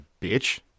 bitch